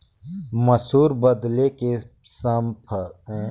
मसुर बदले के फसल बार कोन सा मौसम हवे ठीक रथे?